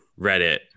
Reddit